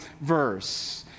verse